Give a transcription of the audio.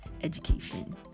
education